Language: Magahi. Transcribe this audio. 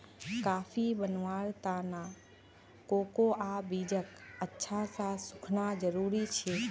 कॉफी बनव्वार त न कोकोआ बीजक अच्छा स सुखना जरूरी छेक